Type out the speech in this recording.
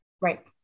Right